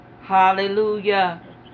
Hallelujah